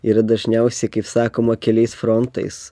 yra dažniausiai kaip sakoma keliais frontais